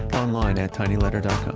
online at tinyletter dot com.